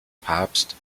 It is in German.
papst